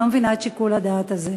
אני לא מבינה את שיקול הדעת הזה.